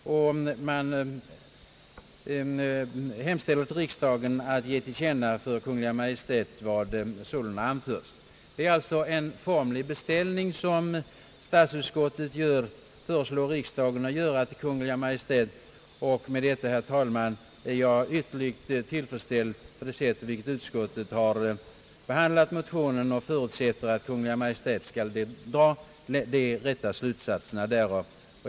Utskottet hemställer att riksdagen med anledning av motionen ger till känna för Kungl. Maj:t vad utskottet anfört. Det är alltså en formlig beställning till Kungl. Maj:t som statsutskottet föreslår riksdagen att göra. Jag är, herr talman, ytterst tillfredsställd över det sätt på vilket utskottet behandlat motionen och förutsätter att Kungl. Maj:t skall dra de rätta slutsatserna därav.